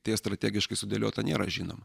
tie strategiškai sudėliota nėra žinoma